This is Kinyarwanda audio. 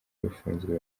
bafunzwe